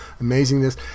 amazingness